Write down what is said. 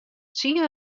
tsien